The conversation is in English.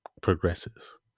progresses